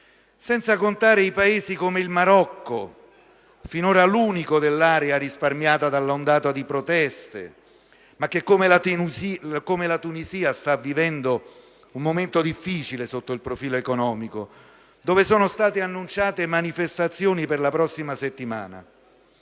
senza contare i Paesi come il Marocco, finora l'unico dell'area risparmiato dall'ondata di proteste, ma che, come la Tunisia, sta vivendo un momento difficile sotto il profilo economico, dove sono state annunciate manifestazioni per la prossima settimana.